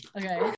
Okay